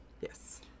yes